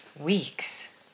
Weeks